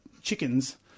chickens